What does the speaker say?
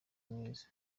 mwiza